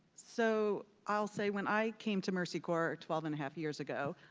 so i'll say when i came to mercy corps twelve and a half years ago,